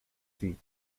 feet